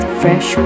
fresh